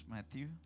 Matthew